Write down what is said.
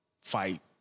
fight